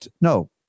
No